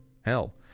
Hell